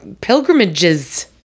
pilgrimages